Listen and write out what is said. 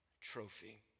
trophy